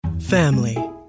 family